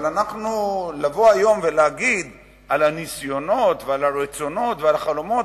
אבל לבוא היום ולהגיד על הניסיונות ועל הרצונות ועל החלומות,